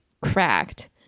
cracked